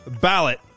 ballot